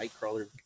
Nightcrawler